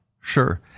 Sure